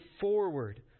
forward